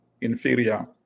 inferior